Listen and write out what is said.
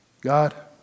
God